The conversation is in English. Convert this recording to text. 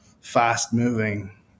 fast-moving